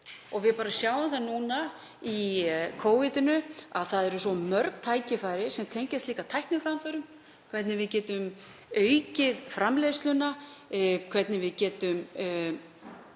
á við á Íslandi. Við sjáum það núna í Covid að það eru svo mörg tækifæri sem tengjast líka tækniframförum, hvernig við getum aukið framleiðsluna, hvernig við getum